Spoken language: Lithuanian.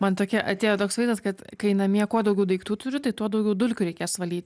man tokia atėjo toks vaizdas kad kai namie kuo daugiau daiktų turi tai tuo daugiau dulkių reikės valyti